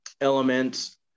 elements